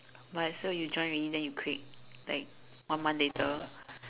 what so you join already then you quit like one month later